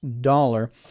dollar